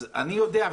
אני יודע,